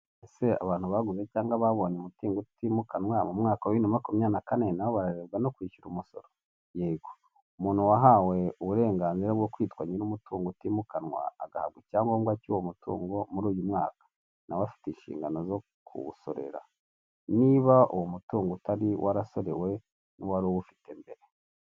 Icyapa kiri gutambutsa ubutumwa bw'Ikigo cy'Igihugu cy'Imisoro n'Amahoro (RRA). Ubu butumwa buri kuvuga ko umuntu wese ufite icyangombwa cyimwanditseho, cy'umutungo runaka utimukanwa, agomba gutangira wo mutungo umusoro.